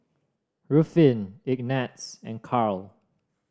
Ruffin Ignatz and Karl